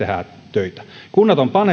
töitä kunnat ovat